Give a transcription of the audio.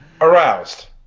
Aroused